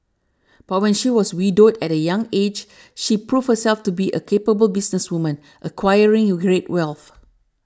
but when she was widowed at a young aged she proved herself to be a capable businesswoman acquiring who great wealth